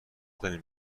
دارین